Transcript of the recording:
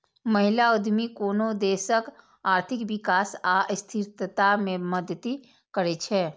महिला उद्यमी कोनो देशक आर्थिक विकास आ स्थिरता मे मदति करै छै